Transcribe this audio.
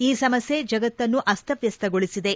ಈ ಸಮಸ್ಥೆ ಜಗತ್ತನ್ನು ಅಸ್ತವಸ್ಥಗೊಳಿಸಿದೆ